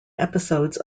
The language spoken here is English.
episodes